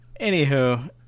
anywho